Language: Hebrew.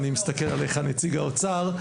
אני מסתכל עליך נציג האוצר,